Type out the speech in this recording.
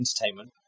entertainment